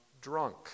drunk